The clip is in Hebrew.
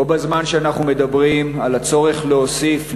בו בזמן שאנחנו מדברים על הצורך להוסיף,